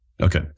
Okay